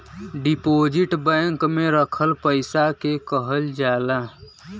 deposit bank में रखल पइसा के कहल जाला